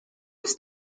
was